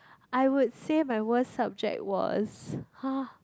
I would say my worst subject was ha